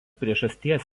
priežasties